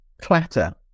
clatter